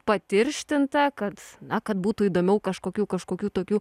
patirštinta kad na kad būtų įdomiau kažkokių kažkokių tokių